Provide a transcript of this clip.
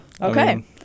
Okay